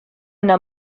yno